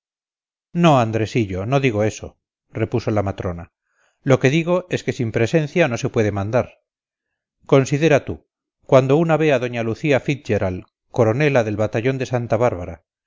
no andresillo no digo eso repuso la matrona lo que digo es que sin presencia no se puede mandar considera tú cuando una ve a doña lucía fitz gerard coronela del batallón de santa bárbara